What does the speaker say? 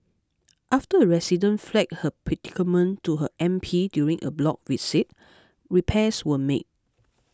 after a resident flagged her predicament to her M P during a block visit repairs were made